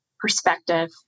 Perspective